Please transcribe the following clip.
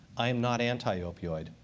i am not anti-opioid.